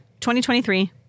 2023